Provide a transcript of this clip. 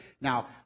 Now